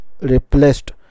replaced